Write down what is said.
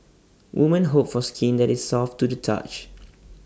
women hope for skin that is soft to the touch